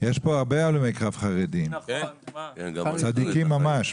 יש פה הרבה הלומי קרב חרדים, צדיקים ממש.